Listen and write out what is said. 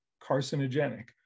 carcinogenic